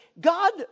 God